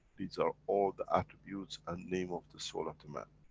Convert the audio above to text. these are all the attributes and name of the soul of the man.